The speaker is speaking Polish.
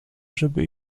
żeby